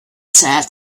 said